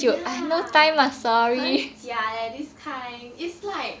ya 很假 leh this kind it's like